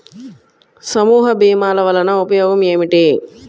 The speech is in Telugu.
సమూహ భీమాల వలన ఉపయోగం ఏమిటీ?